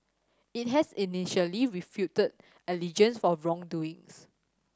it had initially refuted allegations for wrongdoings